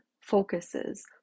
focuses